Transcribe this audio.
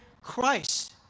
Christ